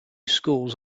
schools